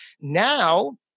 Now